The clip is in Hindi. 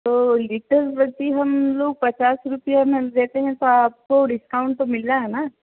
तो लीटर प्रति हमलोग पचास रुपया में देते हैं तो आपको डिस्काउन्ट तो मिला है ना